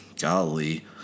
Golly